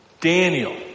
Daniel